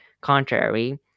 contrary